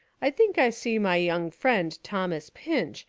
i think i see my young friend thomas pinch,